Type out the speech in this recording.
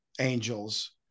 angels